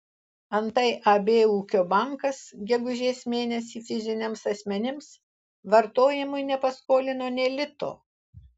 antai ab ūkio bankas gegužės mėnesį fiziniams asmenims vartojimui nepaskolino nė lito